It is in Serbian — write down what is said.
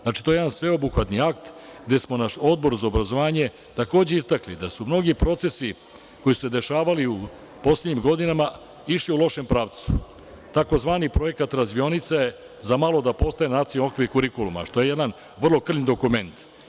Znači, to je jedan sveobuhvatni akt gde smo na Odboru za obrazovanje takođe istakli da su mnogi procesi koji su se dešavali poslednjih godina išli u lošem pravcu, tzv. projekat radionice zamalo da postane nacionalni okvir kurikuluma, što je jedan vrlo krnj dokument.